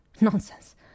Nonsense